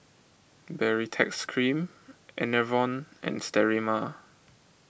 Baritex Cream Enervon and Sterimar